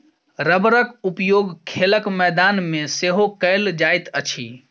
रबड़क उपयोग खेलक मैदान मे सेहो कयल जाइत अछि